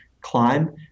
climb